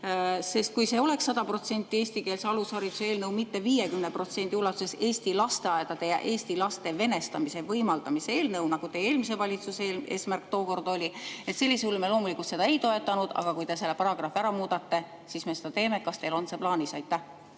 Kui see oleks 100% eestikeelse alushariduse eelnõu, mitte 50% ulatuses Eesti lasteaedade ja Eesti laste venestamise võimaldamise eelnõu, nagu teie eelmise valitsuse eesmärk tookord oli, sellisel kujul me seda loomulikult ei toetanud, ja te selle paragrahvi ära muudaksite, siis me seda teeme. Kas teil on see plaanis?